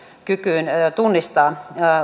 kykyyn tunnistaa